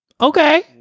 Okay